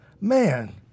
man